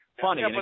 funny